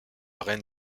reine